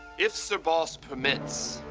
if sir boss permits,